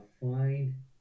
find